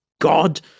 God